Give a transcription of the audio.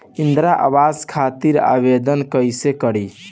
इंद्रा आवास खातिर आवेदन कइसे करि?